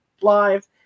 live